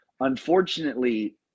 unfortunately